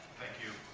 thank you.